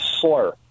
slur